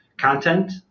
content